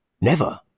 Never